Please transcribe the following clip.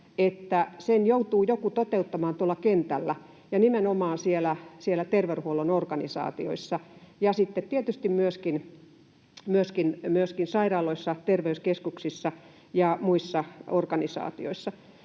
että sen joutuu joku toteuttamaan tuolla kentällä ja nimenomaan siellä terveydenhuollon organisaatioissa ja sitten tietysti myöskin sairaaloissa, terveyskeskuksissa ja muissa organisaatioissa.